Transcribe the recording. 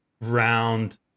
round